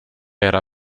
era